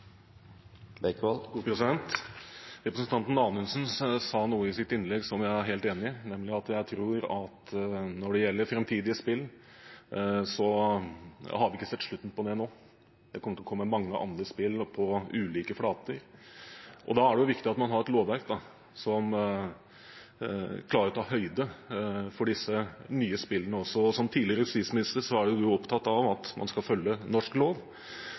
helt enig i, nemlig at når det gjelder framtidige spill, har vi ikke sett slutten på det. Det kommer til å komme mange andre spill på ulike flater. Da er det viktig at man har et lovverk som klarer å ta høyde for disse nye spillene. Som tidligere justisminister er representanten Anundsen opptatt av at man skal følge norsk lov.